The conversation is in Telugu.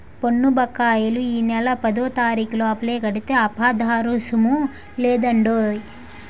పన్ను బకాయిలు ఈ నెల పదోతారీకు లోపల కడితే అపరాదరుసుము లేదండహో